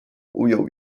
ujął